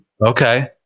Okay